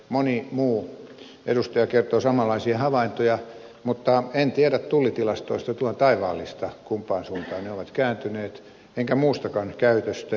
moni muu edustaja kertoo samanlaisia havaintoja mutta en tiedä tullitilastoista tuon taivaallista kumpaan suuntaan ne ovat kääntyneet enkä muustakaan käytöstä